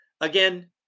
Again